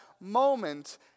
moment